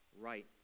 right